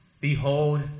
Behold